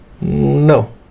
No